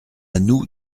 nous